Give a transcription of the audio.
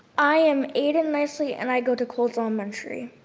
i am aiden nicely and i go to coles elementary.